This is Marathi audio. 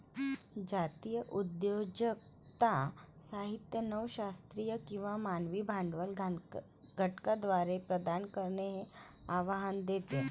जातीय उद्योजकता साहित्य नव शास्त्रीय किंवा मानवी भांडवल घटकांद्वारे प्रदान करणे हे आव्हान देते